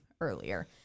earlier